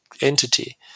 entity